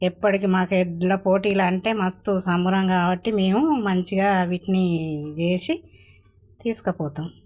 ఎప్పడకి మాకు ఎడ్ల పోటీలంటే మాకు మస్తు సంబరం కాబట్టి మేము మంచిగా వీటినీ చేసి తీసుకపోతాం